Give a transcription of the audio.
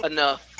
Enough